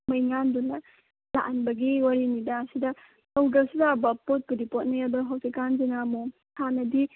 ꯃꯩꯉꯥꯟꯗꯨꯅ ꯂꯥꯛꯍꯟꯕꯒꯤ ꯋꯥꯔꯤꯅꯤꯗ ꯁꯤꯗ ꯇꯧꯗ꯭ꯔꯁꯨ ꯌꯥꯕ ꯄꯣꯠꯄꯨꯗꯤ ꯄꯣꯠꯅꯤ ꯑꯗꯣ ꯍꯧꯖꯤꯛꯀꯥꯟꯁꯤꯅ ꯑꯃꯨꯛ ꯍꯥꯟꯅꯗꯤ